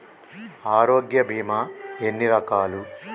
ఆరోగ్య బీమా ఎన్ని రకాలు?